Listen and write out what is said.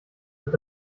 wird